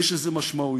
יש לזה משמעויות.